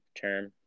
term